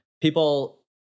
people